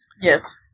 Yes